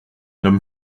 homme